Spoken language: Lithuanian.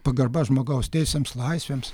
pagarba žmogaus teisėms laisvėms